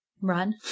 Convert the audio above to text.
Run